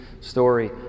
story